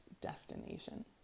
destination